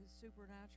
supernatural